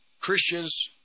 Christians